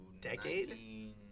Decade